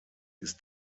ist